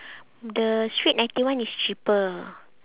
the street ninety one is cheaper